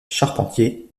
charpentier